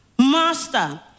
Master